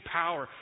power